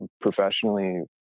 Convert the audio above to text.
professionally